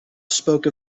spoke